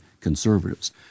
conservatives